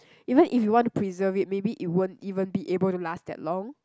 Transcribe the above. even if you want to preserve it maybe it won't even be able to last that long